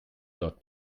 dort